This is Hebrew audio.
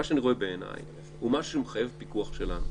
מה שאני רואה בעיניי הוא מה שמחייב פיקוח שלנו.